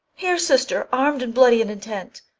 here, sister, arm'd, and bloody in intent.